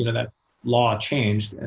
and that law changed,